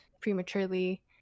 prematurely